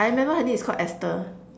I remember her name is Called Esther